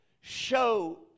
show